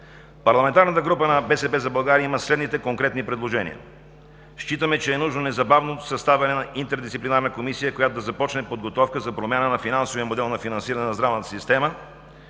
Парламентарната група на „БСП за България“ има следните конкретни предложения: Считаме, че е нужно незабавно съставяне на интердисциплинарна комисия, която да започне подготовка за промяна на финансовия модел на финансиране на здравната система